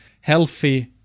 healthy